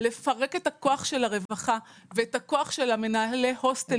לפרק את הכוח של הרווחה ואת הכוח של מנהלי ההוסטלים.